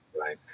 Right